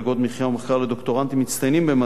ומחקר לדוקטורנטים מצטיינים במדעי הרוח.